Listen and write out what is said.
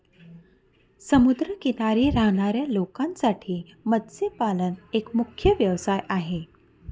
समुद्र किनारी राहणाऱ्या लोकांसाठी मत्स्यपालन एक मुख्य व्यवसाय आहे